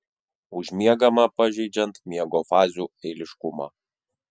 užmiegama pažeidžiant miego fazių eiliškumą